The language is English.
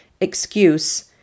excuse